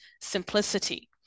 simplicity